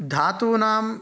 धातूनां